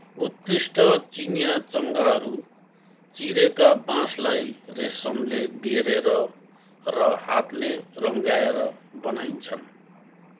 उत्कृष्ट चिनियाँ चङ्गाहरू चिरेका बाँसलाई रेसमले बेरेर र हातले रङ्ग्याएर बनाइन्छन्